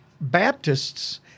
Baptists